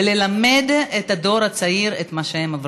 וללמד את הדור הצעיר את מה שהם עברו.